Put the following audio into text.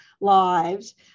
lives